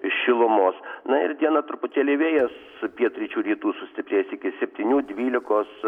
šilumos na ir dieną truputėlį vėjas pietryčių rytų sustiprės iki septynių dvylikos